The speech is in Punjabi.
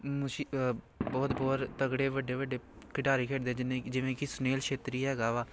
ਮੁਸ਼ ਬਹੁਤ ਬਹੁਤ ਤਕੜੇ ਵੱਡੇ ਵੱਡੇ ਖਿਡਾਰੀ ਖੇਡਦੇ ਜਿੰਨੇ ਜਿਵੇਂ ਕਿ ਸੁਨੀਲ ਛੇਤਰੀ ਹੈਗਾ ਵਾ